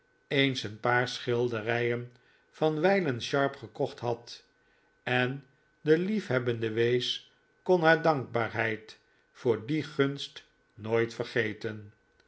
eens een paar schilderijen van wijlen sharp gekocht had en de liefhebbende wees kon haar dankbaarheid voor die gunst nooit vergeten